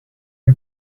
you